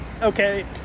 okay